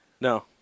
No